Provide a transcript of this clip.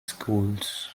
schools